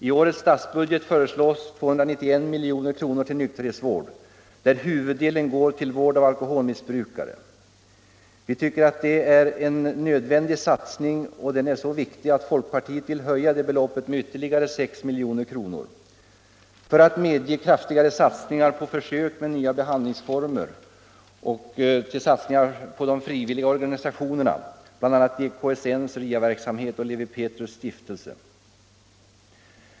I årets statsbudget föreslås 291 milj.kr. till nykterhetsvård, där huvuddelen går till vård av alkoholmissbrukare. Detta är ett så viktigt ändamål att folkpartiet vill öka beloppet med ytterligare 6 milj.kr. för att medge kraftigare satsningar på försök med nya behandlingsformer och satsningar på de frivilliga organisationerna, bl.a. DKSN:s RIA-verksamhet och Lewi Pethrus stiftelse.